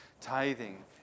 tithing